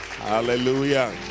Hallelujah